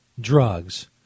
drugs